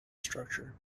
structure